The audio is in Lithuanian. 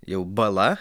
jau bala